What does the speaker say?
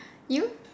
you